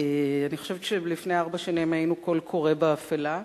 אני חושבת שלפני ארבע שנים היינו קול קורא באפלה,